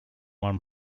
one